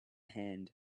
hand